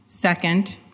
Second